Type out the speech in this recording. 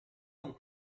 con